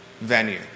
venue